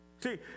See